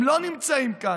הם לא נמצאים כאן.